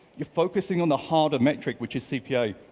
you're focusing on the harder metric, which is cpa.